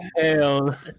hell